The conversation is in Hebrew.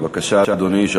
בבקשה, אדוני.